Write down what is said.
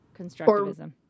constructivism